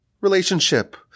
relationship